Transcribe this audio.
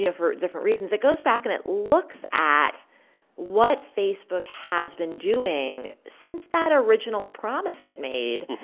you know for different reasons. it goes back, and it looks at what facebook has been doing since that original promise it made.